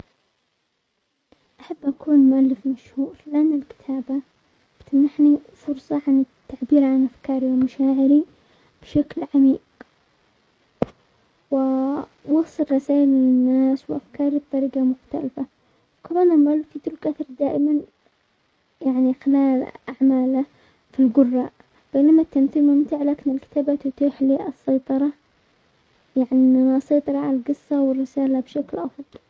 احب اكون مؤلف مشهور لان الكتابة تمنحني فرصة عن التعبير عن افكاري ومشاعري بشكل عميق، واوصل رسائل للناس وافكاري بطريقة مختلفة، و كمان المؤلف بترك الاثر دائما يعني خلال اعماله في القراء، بينما التمثيل ممتع لكن الكتابة تتيح لي السيطرة، يعني اسيطر على القصة والرسالة بشكل افضل.